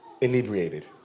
inebriated